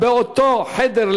ובאותו חדר,